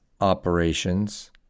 operations